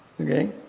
okay